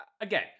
again